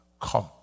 come